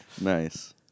Nice